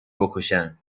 بکشن